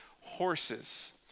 horses